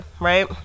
right